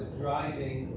driving